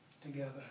Together